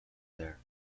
there